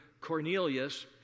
Cornelius